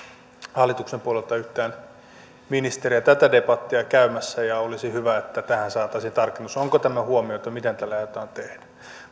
hallituksen puolelta yhtään ministeriä tätä debattia käymässä olisi hyvä että tähän saataisiin tarkennus onko tämä huomioitu ja mitä tälle aiotaan tehdä